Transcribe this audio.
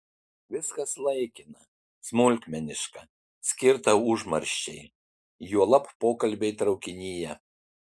viskas laikina smulkmeniška skirta užmarščiai juolab pokalbiai traukinyje